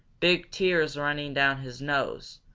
big tears running down his nose,